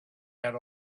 had